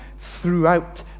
throughout